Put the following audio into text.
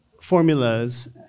formulas